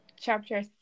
chapter